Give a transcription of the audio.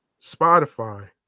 Spotify